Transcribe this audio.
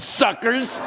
suckers